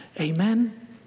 Amen